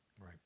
right